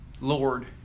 Lord